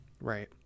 Right